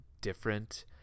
different